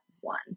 one